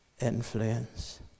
influence